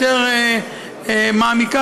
יותר אנשים.